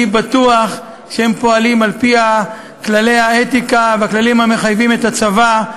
אני בטוח שהם פועלים על-פי כללי האתיקה והכללים המחייבים את הצבא,